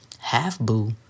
half-boo